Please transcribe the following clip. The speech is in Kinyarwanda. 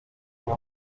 umwe